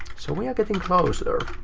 so we are getting closer.